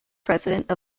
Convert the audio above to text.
president